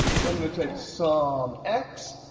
so i'm going to take so um x.